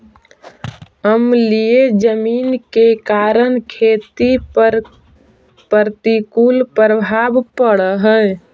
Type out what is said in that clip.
अम्लीय जमीन के कारण खेती पर प्रतिकूल प्रभाव पड़ऽ हइ